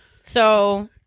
So-